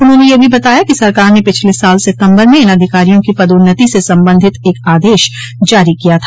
उन्होंने यह भी बताया कि सरकार ने पिछले साल सितंबर में इन अधिकारियों की पदोन्नति से संबंधित एक आदेश जारी किया था